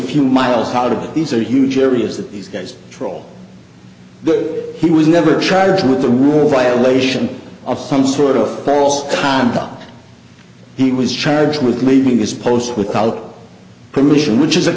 few miles out of these are huge areas that these guys troll that he was never charged with the rule violation of some sort of balls up he was charged with leaving his post without permission which is a